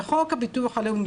בחוק הביטוח הלאומי,